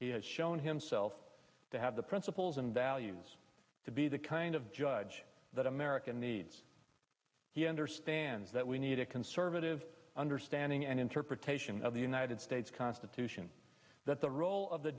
he has shown himself to have the principles and values to be the kind of judge that america needs he understands that we need a conservative understanding and interpretation of the united states constitution that the role of the